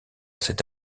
cette